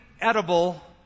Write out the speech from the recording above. edible